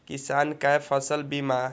किसान कै फसल बीमा?